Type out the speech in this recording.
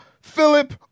Philip